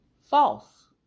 false